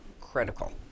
critical